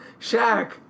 Shaq